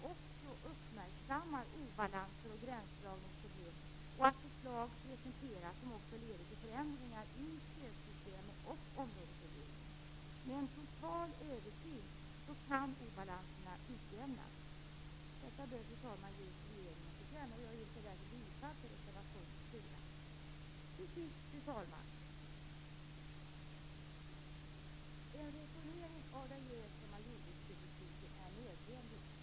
Det är viktigt att vi nu tar oss an de obalanser som finns i jordbruket i dag. Vi måste göra en sammanhållen analys av effekterna av de nya stödformerna bl.a. avseende ekonomisk måluppfyllelse och en mer sammanhållen översyn av stödsystemen. Fru talman! Jag utgår ifrån att den utredning som regeringen aviserat vad gäller översyn av stödområdesindelningen också uppmärksammar obalanser och gränsdragningsproblem och att förslag presenteras som också leder till förändringar i stödsystemen och områdesindelningen. Med en total översyn kan obalanserna utjämnas. Detta bör, fru talman, ges regeringen till känna, och jag yrkar därför bifall till reservation 4. Fru talman! Jag vill till sist peka på att regeringen i sin proposition skriver att en reformering av den gemensamma jordbrukspolitiken är nödvändig.